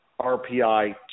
RPI